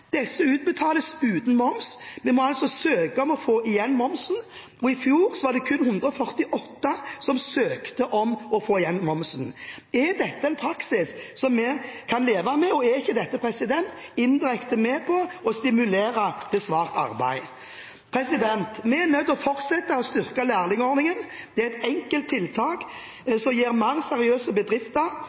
Disse utbetales uten moms. De må altså søke om å få igjen momsen, og i fjor var det kun 148 som søkte om å få igjen momsen. Er dette en praksis vi kan leve med? Er ikke dette indirekte med på å stimulere til svart arbeid? Vi er nødt til å fortsette å styrke lærlingordningen. Det er et enkelt tiltak som gir mange seriøse bedrifter